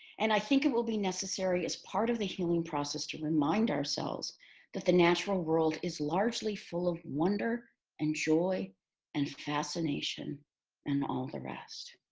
and i think it will be necessary as part of the healing process to remind ourselves that the natural world is largely full of wonder and joy and fascination and all the rest.